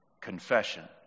confession